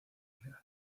mundial